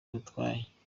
bimutwaye